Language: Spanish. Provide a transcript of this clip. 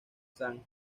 san